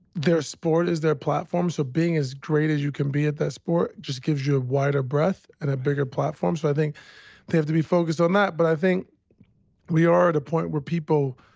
their sport is their platform. so being as great as you can be at that sport just gives you a wider breadth and a bigger platform. so i think they have to be focused on that. but i think we are at a point where people,